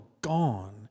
gone